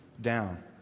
down